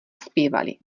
zpívali